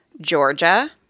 Georgia